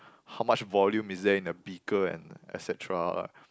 how much volume is there in a beaker and et cetera